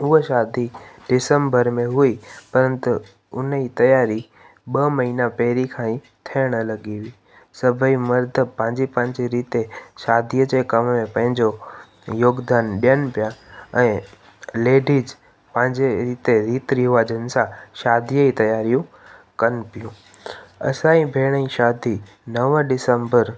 उहा शादी दिसम्बर में हुई परन्तु उनजी तयारी ॿ महिना पहिरीं खां ई थियणु लॻी हुई सभेई मर्द पंहिंजी पंहिंजी रीते शादीअ जे कम में पंहिंजो योगदान ॾियनि पिया ऐं लेडिज पंहिंजे रीते रीत रिवाजनि सां शादीअ ई तयारियूं कनि पियूं असांजे भेण जी शादी नव डिसम्बर